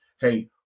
hey